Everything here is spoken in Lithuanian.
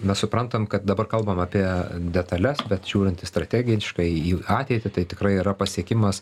mes suprantam kad dabar kalbam apie detales bet žiūrint strategiškai į ateitį tai tikrai yra pasiekimas